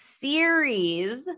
series